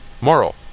Moral